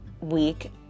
week